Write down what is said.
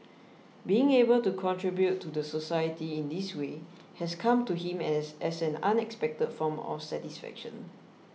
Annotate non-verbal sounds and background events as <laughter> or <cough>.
being able to contribute to the society in this way has come to him <hesitation> as an unexpected form of satisfaction